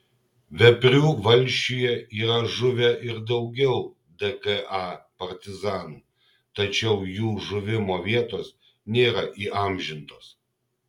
veprių valsčiuje yra žuvę ir daugiau dka partizanų tačiau jų žuvimo vietos nėra įamžintos